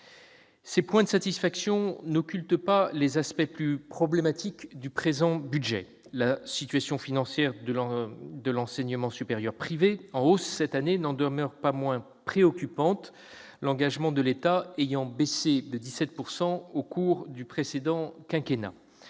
Ces points de satisfaction n'occultent pas les aspects plus problématiques du présent budget. La situation financière de l'enseignement supérieur privé, en hausse cette année, n'en demeure pas moins préoccupante, l'engagement de l'État ayant baissé de 17 % au cours du précédent quinquennat.